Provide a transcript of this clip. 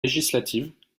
législatives